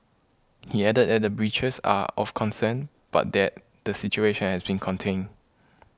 he added that the breaches are of concern but that the situation has been contained